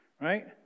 right